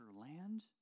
land